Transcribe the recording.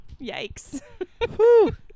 Yikes